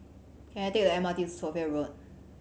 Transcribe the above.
can I take the M R T to Sophia Road